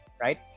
right